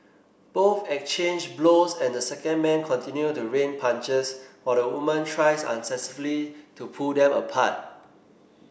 both exchange blows and the second man continue to rain punches while the woman tries unsuccessfully to pull them apart